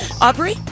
Aubrey